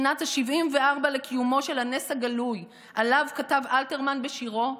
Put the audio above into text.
שנת ה-74 לקיומו של הנס הגלוי שעליו כתב אלתרמן בשירו,